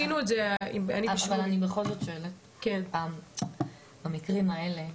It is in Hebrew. אבל אני בכל זאת שואלת, במקרים האלה,